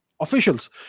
officials